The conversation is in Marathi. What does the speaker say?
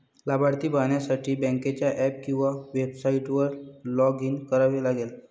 लाभार्थी पाहण्यासाठी बँकेच्या ऍप किंवा वेबसाइटवर लॉग इन करावे लागेल